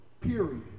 period